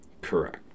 Correct